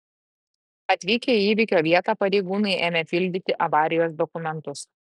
atvykę į įvykio vietą pareigūnai ėmė pildyti avarijos dokumentus